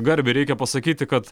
garbei reikia pasakyti kad